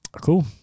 cool